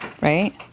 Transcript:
Right